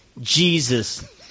Jesus